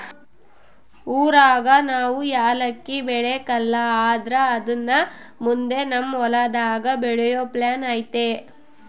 ಊರಾಗ ನಾವು ಯಾಲಕ್ಕಿ ಬೆಳೆಕಲ್ಲ ಆದ್ರ ಅದುನ್ನ ಮುಂದೆ ನಮ್ ಹೊಲದಾಗ ಬೆಳೆಯೋ ಪ್ಲಾನ್ ಐತೆ